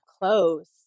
close